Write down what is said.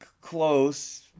Close